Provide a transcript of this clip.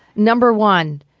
number one,